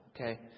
Okay